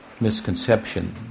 misconception